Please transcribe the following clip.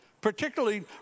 particularly